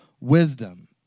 wisdom